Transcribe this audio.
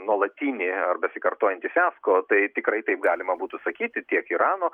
nuolatinį ar besikartojantį fiasko tai tikrai taip galima būtų sakyti tiek irano